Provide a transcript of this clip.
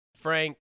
Frank